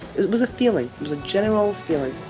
it was a feeling. there's a general feeling